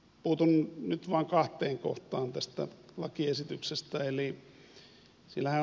puutun nyt vain kahteen kohtaan tässä lakiesityksessä